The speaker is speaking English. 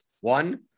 One